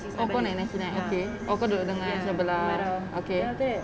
oh kau pun naik nine six nine okay oh kau duduk dengan sebelah humairah okay